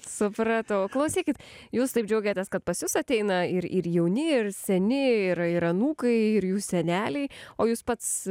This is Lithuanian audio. supratau klausykit jūs taip džiaugiatės kad pas jus ateina ir ir jauni ir seni ir ir anūkai ir jų seneliai o jūs pats